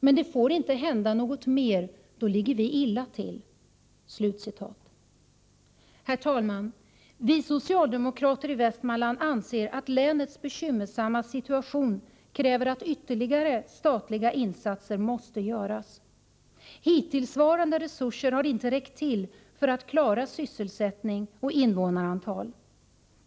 Men det får inte hända något mer, för då ligger vi illa Wren Herr talman! Vi socialdemokrater i Västmanland anser att länets bekymmersamma situation kräver att ytterligare statliga insatser görs. Hittillsvarande resurser har inte räckt till för att klara sysselsättning och invånarantal.